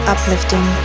Uplifting